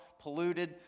polluted